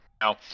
Now